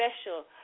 special